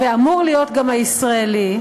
ואמור להיות גם הישראלי,